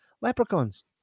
Leprechauns